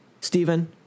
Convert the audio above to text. Stephen